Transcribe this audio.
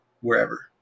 wherever